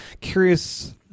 curious